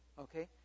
Okay